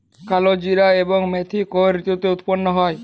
কালোজিরা এবং মেথি কোন ঋতুতে উৎপন্ন হয়?